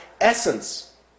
essence